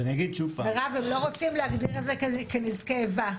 מירב, הם לא רוצים להגדיר את זה כנזקי איבה.